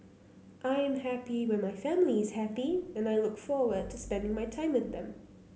I am happy when my family is happy and I look forward to spending my time with them